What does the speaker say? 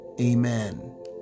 Amen